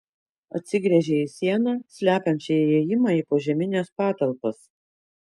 atsigręžė į sieną slepiančią įėjimą į požemines patalpas